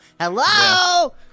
Hello